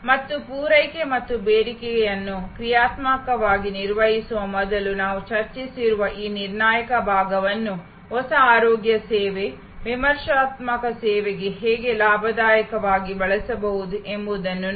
ಮತ್ತು ಪೂರೈಕೆ ಮತ್ತು ಬೇಡಿಕೆಯನ್ನು ಕ್ರಿಯಾತ್ಮಕವಾಗಿ ನಿರ್ವಹಿಸುವ ಮೊದಲು ನಾವು ಚರ್ಚಿಸಿರುವ ಈ ನಿರ್ಣಾಯಕ ಭಾಗವನ್ನು ಹೊಸ ಆರೋಗ್ಯ ಸೇವೆ ವಿಮರ್ಶಾತ್ಮಕ ಸೇವೆಗೆ ಹೇಗೆ ಲಾಭದಾಯಕವಾಗಿ ಬಳಸಬಹುದು ಎಂಬುದನ್ನು ನೋಡಿ